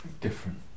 different